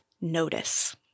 notice